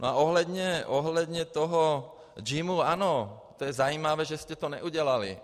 A ohledně toho JIMu, ano, to je zajímavé, že jste to neudělali.